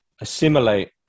assimilate